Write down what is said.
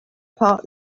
part